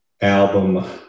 album